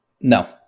No